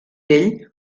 ell